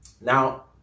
Now